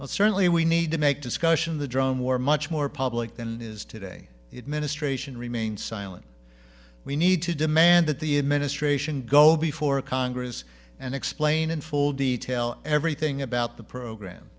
well certainly we need to make discussion of the drone war much more public than is today it ministration remain silent we need to demand that the administration go before congress and explain in full detail everything about the program